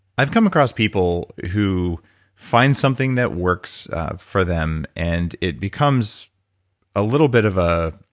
i've come across people who find something that works for them and it becomes a little bit of ah